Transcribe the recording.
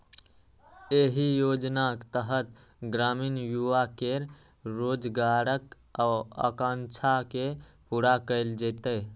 एहि योजनाक तहत ग्रामीण युवा केर रोजगारक आकांक्षा के पूरा कैल जेतै